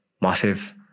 Massive